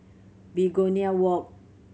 Begonia Walk